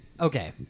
Okay